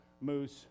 Moose